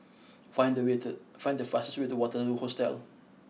find the way to find the fastest way to Waterloo Hostel